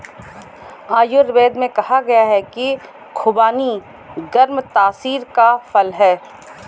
आयुर्वेद में कहा गया है कि खुबानी गर्म तासीर का फल है